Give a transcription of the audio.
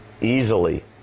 easily